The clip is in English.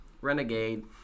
Renegade